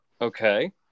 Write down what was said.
Okay